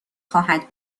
خواهد